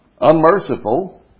Unmerciful